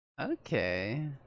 okay